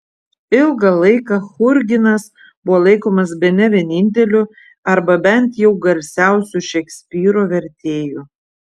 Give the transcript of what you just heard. ilgą laiką churginas buvo laikomas bene vieninteliu arba bent jau garsiausiu šekspyro vertėju